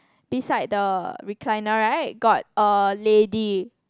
beside the recliner right got a lady